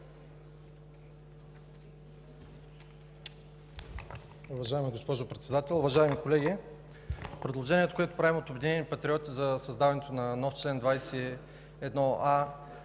Уважаема госпожо Председател, уважаеми колеги! Предложението, което правим от „Обединени патриоти“ за създаването на нов чл. 21а,